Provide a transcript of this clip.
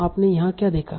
तो आपने यहाँ क्या देखा